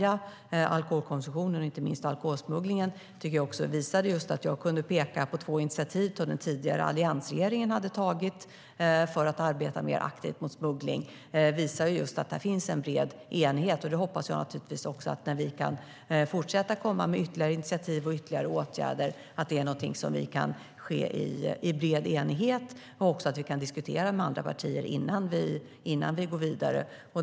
Att jag kunde peka på två initiativ som den tidigare alliansregeringen hade tagit för att arbeta mer aktivt mot smuggling visar just att det finns en bred enighet om att vi behöver stävja alkoholkonsumtionen och inte minst alkoholsmugglingen. Jag hoppas att det också kan finnas en bred enighet när vi kommer med ytterligare initiativ och åtgärder och att vi kan diskutera med andra partier innan vi går vidare.